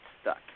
stuck